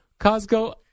Costco